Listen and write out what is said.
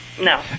no